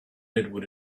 edward